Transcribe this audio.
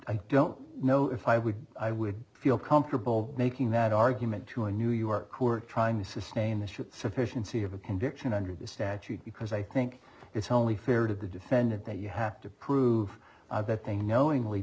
i don't know if i would i would feel comfortable making that argument to a new york who are trying to sustain this with sufficiency of a conviction under the statute because i think it's only fair to the defendant that you have to prove that they knowingly